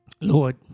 Lord